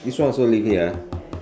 this one also leave here ah